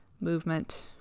movement